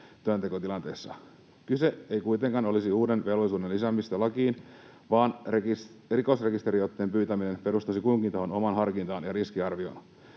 työntekotilanteissa. Kyse ei kuitenkaan olisi uuden velvollisuuden lisäämisestä lakiin, vaan rikosrekisteriotteen pyytäminen perustuisi kunkin tahon omaan harkintaan ja riskiarvioon.